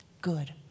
good